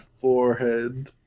forehead